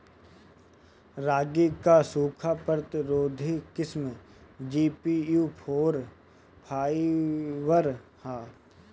रागी क सूखा प्रतिरोधी किस्म जी.पी.यू फोर फाइव ह?